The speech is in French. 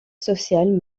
social